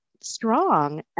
strong